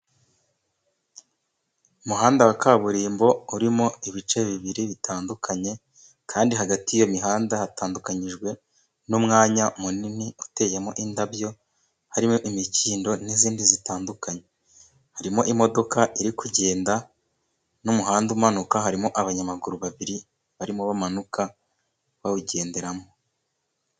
Umuhanda wa kaburimbo urimo ibice bibiri bitandukanye kandi hagati y'iyo mihanda hatandukanijwe n'umwanya munini uteyemo indabyo, harimo imikindo n'izindi zitandukanye, harimo imodoka iri kugenda n'umuhanda umanuka harimo abanyamaguru babiri barimo bamanuka bawugenderamo.